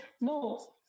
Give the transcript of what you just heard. No